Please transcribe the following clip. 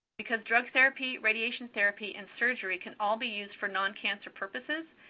because drug therapy, radiation therapy, and surgery can all be used for non-cancer purposes,